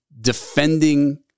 defending